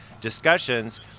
discussions